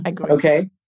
okay